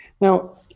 Now